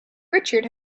richard